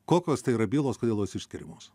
kokios tai yra bylos kodėl jos išskiriamos